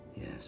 Yes